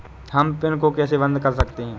हम पिन को कैसे बंद कर सकते हैं?